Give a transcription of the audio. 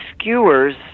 skewers